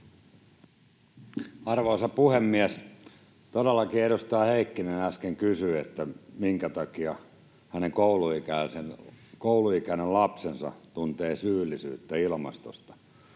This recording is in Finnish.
Arvoisa puhemies! Todellakin edustaja Heikkinen äsken kysyi, minkä takia hänen kouluikäinen lapsensa tuntee syyllisyyttä ilmastosta.